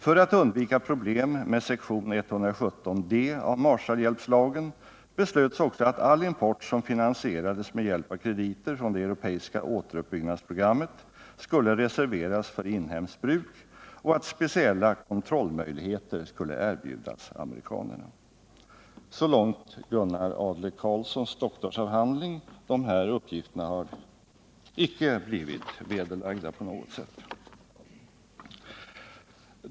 För att undvika problem med sektion 117 av Marshallhjälpslagen beslöts också att all import som finansierades med hjälp av krediter från det europeiska återuppbyggnadsprogrammet skulle reserveras för inhemskt bruk, och att speciella kontrollmöjligheter skulle erbjudas amerikanerna.” Så långt Gunnar Adler-Karlssons doktorsavhandling. De här uppgifterna har inte på något sätt blivit vederlagda.